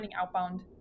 outbound